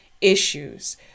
issues